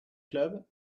club